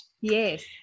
Yes